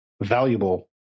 valuable